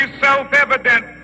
self-evident